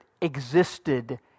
existed